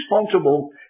responsible